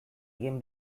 egin